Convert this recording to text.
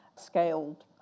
scaled